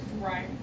Right